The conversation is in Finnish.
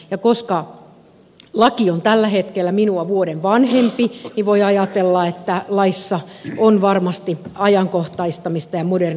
ja koska laki on tällä hetkellä minua vuoden vanhempi niin voi ajatella että laissa on varmasti ajankohtaistamista ja modernisoimista